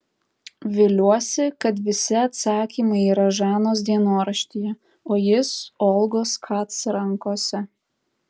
viliuosi kad visi atsakymai yra žanos dienoraštyje o jis olgos kac rankose